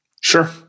Sure